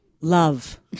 love